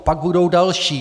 Pak budou další.